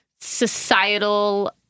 societal